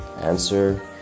answer